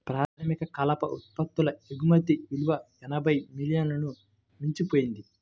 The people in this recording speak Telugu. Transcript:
ప్రాథమిక కలప ఉత్పత్తుల ఎగుమతి విలువ ఎనభై మిలియన్లను మించిపోయింది